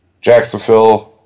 Jacksonville